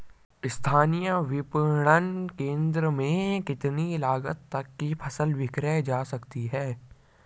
स्थानीय विपणन केंद्र में कितनी लागत तक कि फसल विक्रय जा सकती है?